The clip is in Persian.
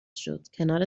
شد، کنار